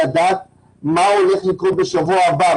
לדעת מה הולך לקרות בשבוע הבא.